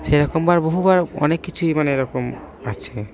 সেরকমবার বহুবার অনেক কিছুই মানে এরকম আছে